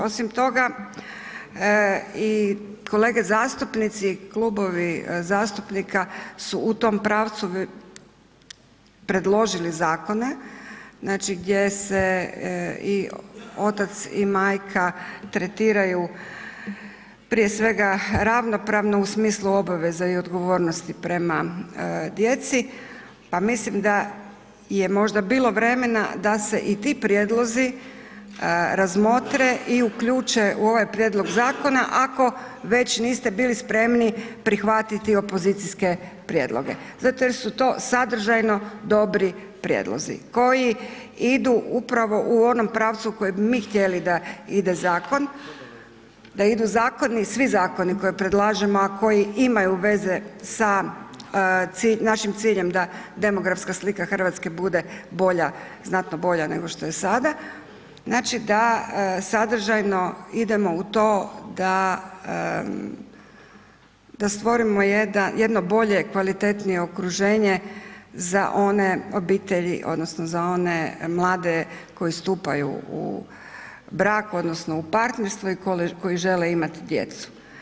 Osim toga, i kolege zastupnici i klubovi zastupnika su u tom pravdu predložili zakone, znači gdje se i otac i majka tretiraju prije svega ravnopravno u smislu obaveze i odgovornosti prema djeci, pa mislim da je možda bilo vremena da se i ti prijedlozi razmotre i uključe u ovaj prijedlog zakona ako već niste bili spremni prihvatiti opozicijske prijedloge zato što su to sadržajno dobri prijedlozi koji idu upravo u onom pravcu u kojem bi mi htjeli da ide zakon, da idu zakoni, svi zakoni koje predlažemo, a koji imaju veze sa našim ciljem da demografska slika RH bude bolja, znatno bolja nego što je sada znači da sadržajno idemo u to da stvorimo jedno bolje, kvalitetnije okruženje za one obitelji odnosno za one mlade koji stupaju u brak odnosno u partnerstvo i koji žele imati djecu.